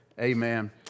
Amen